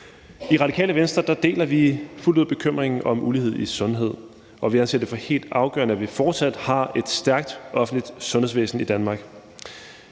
I Radikale Venstre deler vi fuldt ud bekymringen for ulighed i sundhed, og vi anser det for helt afgørende, at vi fortsat har et stærkt offentligt sundhedsvæsen i Danmark.